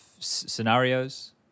scenarios